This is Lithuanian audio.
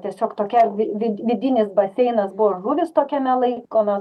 tiesiog tokia erdvė vid vidinis baseinas buvo žuvys tokiame laikomes